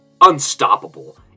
unstoppable